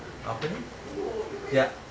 apa ni ya